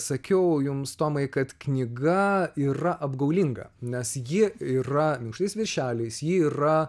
sakiau jums tomai kad knyga yra apgaulinga nes ji yra minkštais viršeliais ji yra